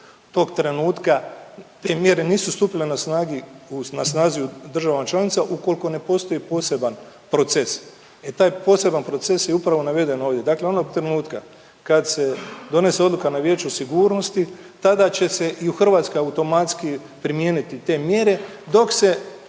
tog trenutka te mjere nisu stupile na snagi, na snazi u državama članicama ukolko ne postoji poseban proces. E taj poseban proces je upravo naveden ovdje, dakle onog trenutka kad se donese odluka na Vijeću sigurnosti tada će se i u Hrvatskoj automatski primijeniti te mjere dok se